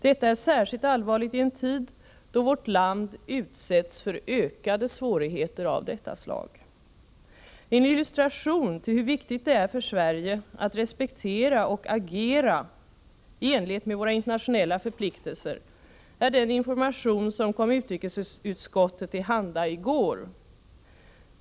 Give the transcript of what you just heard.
Detta är särskilt allvarligt i en tid då vårt land utsätts för ökade svårigheter av detta slag. En illustration av hur viktigt det är för Sverige att respektera och agera i enlighet med våra internationella förpliktelser är den information som kom utrikesutskottet till handa i går.